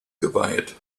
geweiht